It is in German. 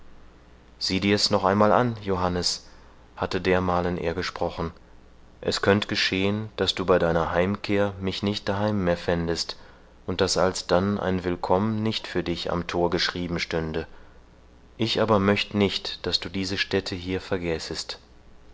sieh dir's noch einmal an johannes hatte dermalen er gesprochen es könnt geschehen daß du bei deiner heimkehr mich nicht daheim mehr fändest und daß alsdann ein willkomm nicht für dich am thor geschrieben stünde ich aber möcht nicht daß du diese stätte hier vergäßest